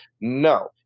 No